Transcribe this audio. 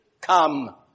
come